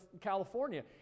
California